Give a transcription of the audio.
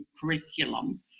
curriculum